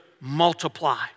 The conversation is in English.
multiply